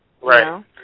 Right